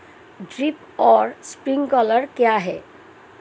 Drip और sprinkler क्या हैं?